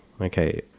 Okay